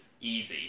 easy